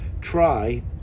try